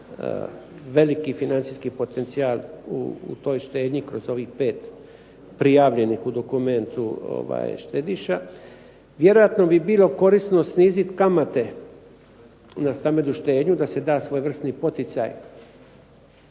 veliki financijski potencijal u toj štednji kroz ovih 5 prijavljenih u dokumentu štediša, vjerojatno bi bilo korisno sniziti kamate na stambenu štednju, da se da svojevrsni poticaj